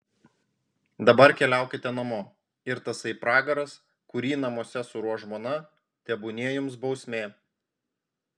dabar keliaukite namo ir tasai pragaras kurį namuose suruoš žmona tebūnie jums bausmė